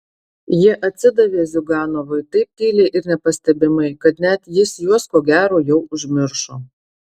jie atsidavė ziuganovui taip tyliai ir nepastebimai kad net jis juos ko gero jau užmiršo